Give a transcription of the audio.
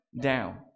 down